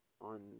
on